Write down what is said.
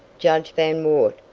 judge van woort,